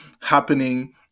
happening